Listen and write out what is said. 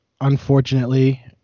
Unfortunately